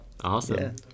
awesome